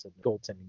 goaltending